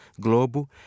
Globo